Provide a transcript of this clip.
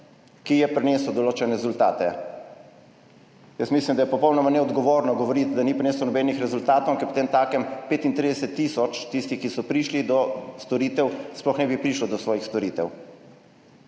ki je prinesel določene rezultate. Jaz mislim, da je popolnoma neodgovorno govoriti, da ni prinesel nobenih rezultatov, ker potemtakem 35 tisoč tistih, ki so prišli do storitev, sploh ne bi prišlo do svojih storitev.